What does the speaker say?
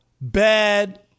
bad